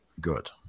good